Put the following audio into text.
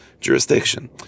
jurisdiction